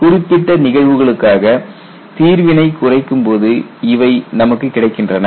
குறிப்பிட்ட நிகழ்வுகளுக்காக தீர்வினை குறைக்கும் போது இவை நமக்கு கிடைக்கின்றன